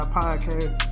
podcast